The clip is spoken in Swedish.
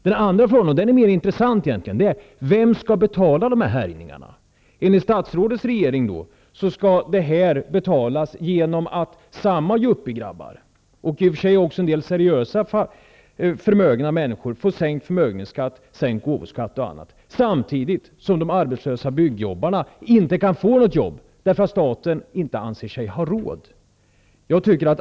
Den andra frågan är egentligen mer intressant: Vem skall betala dessa härjningar? Enligt statsrådet och regeringen skall detta betalas genom att samma yuppiegrabbar och i och för sig även en del seriösa förmögna människor får sänkt förmögenhetsskatt, sänkt gåvoskatt, m.m. samtidigt som de arbetslösa byggjobbarna inte kan få något jobb, därför att staten inte anser sig ha råd.